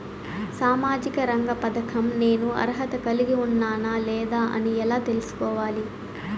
సామాజిక రంగ పథకం నేను అర్హత కలిగి ఉన్నానా లేదా అని ఎలా తెల్సుకోవాలి?